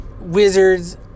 Wizards